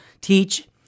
teach